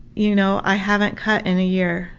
you know i haven't cut in a year,